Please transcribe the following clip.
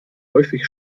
häufig